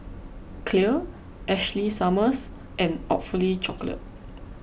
Clear Ashley Summers and Awfully Chocolate